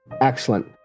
Excellent